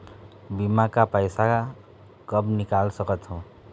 बीमा का पैसा कब निकाल सकत हो?